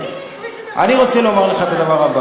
איך מתקינים פריג'ידר באוטו?